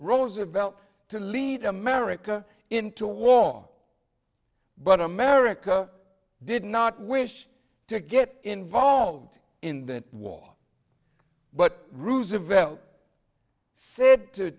roosevelt to lead america into war but america did not wish to get involved in that war but roosevelt said to